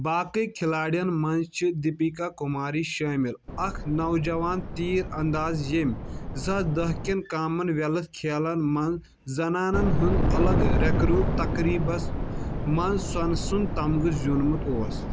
باقٕے کھلاڑین منٛز چھِ دِپِکا کُماری شٲمِل، اکھ نوجوان تیٖر اَنٛداز ییٚمۍ زٕ ساس دہ کٮ۪ن کامَن ویٚلتھ کھیلن منٛز زنانن ہنٛز الگ ریکرو تقریٖبس منٛز سۄنہٕ سُنٛد تمغہٕ زیٖونمُت اوس